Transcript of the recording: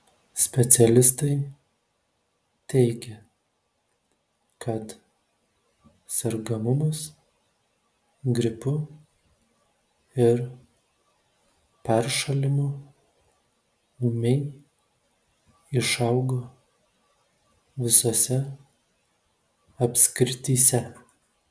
specialistai teigia kad sergamumas gripu ir peršalimu ūmiai išaugo visose apskrityse